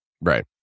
Right